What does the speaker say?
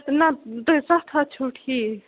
نَہ تُہۍ سَتھ ہتھ چھُو ٹھیٖک